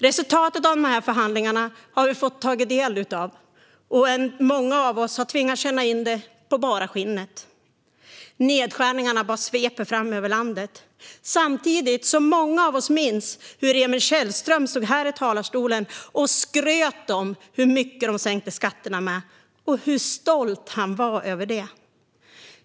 Resultatet av de här förhandlingarna har vi fått ta del av, och många av oss har fått känna av det in på bara skinnet. Nedskärningarna bara sveper fram över landet, samtidigt som många av oss minns hur Emil Källström stod här i talarstolen och skröt om hur mycket man sänkte skatterna och hur stolt han var över det.